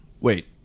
Wait